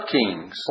kings